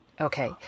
Okay